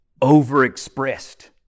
overexpressed